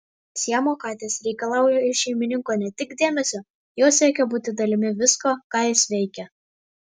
siamo katės reikalauja iš šeimininko ne tik dėmesio jos siekia būti dalimi visko ką jis veikia